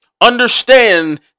Understand